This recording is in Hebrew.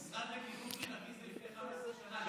המשרד לקידום קהילתי זה גם לפני 15 שנה?